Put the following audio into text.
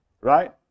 right